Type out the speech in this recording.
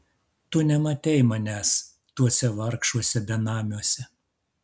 tu nematei manęs tuose vargšuose benamiuose